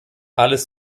alles